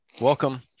welcome